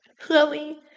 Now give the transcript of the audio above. Chloe